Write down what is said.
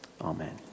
Amen